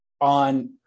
on